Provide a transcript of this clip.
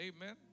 Amen